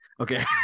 Okay